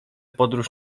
podróż